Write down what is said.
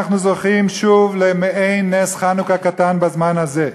אנחנו זוכים שוב למעין נס חנוכה קטן בזמן הזה,